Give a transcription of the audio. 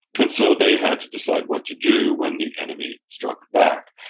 and so they had to decide what to do when the enemy struck back.